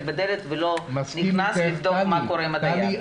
בדלת ולא נכנס לבדוק מה קורה עם הדייר.